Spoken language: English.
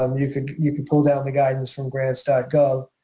um you could you could pull down the guidance from grants gov.